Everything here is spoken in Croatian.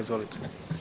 Izvolite.